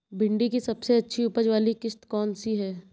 भिंडी की सबसे अच्छी उपज वाली किश्त कौन सी है?